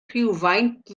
rhywfaint